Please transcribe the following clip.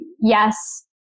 yes